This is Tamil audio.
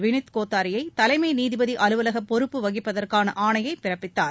வினித் கோத்தாரியை தலைமை நீதிபதி அலுவலக பொறுப்பு வகிப்பதற்கான ஆணையை பிறப்பித்தார்